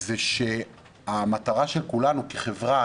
שהמטרה של כולנו כחברה,